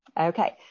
Okay